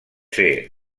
ser